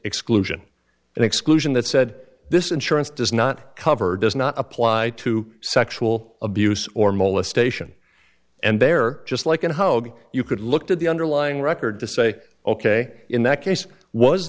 exclusion and exclusion that said this insurance does not cover does not apply to sexual abuse or molestation and they're just like and hogue you could look at the underlying record to say ok in that case was